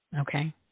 okay